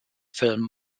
film